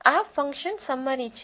આ function summary છે